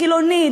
חילוני,